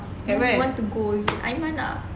want to with you aiman ah